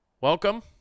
Welcome